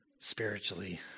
spiritually